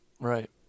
Right